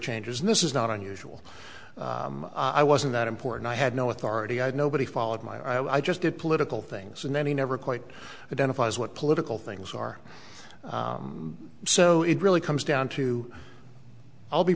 changes this is not unusual i wasn't that important i had no authority i had nobody followed my i just did political things and then he never quite identifies what political things are so it really comes down to i'll be